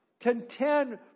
Contend